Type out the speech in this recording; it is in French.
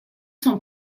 sont